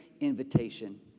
invitation